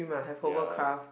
ya